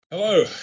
Hello